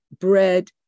bread